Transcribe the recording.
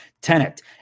tenant